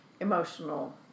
emotional